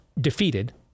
defeated